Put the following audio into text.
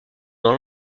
dans